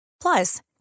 Plus